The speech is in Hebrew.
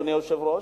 אדוני היושב-ראש,